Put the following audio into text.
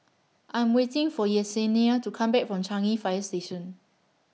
I Am waiting For Yessenia to Come Back from Changi Fire Station